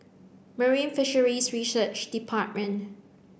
Marine Fisheries Research Department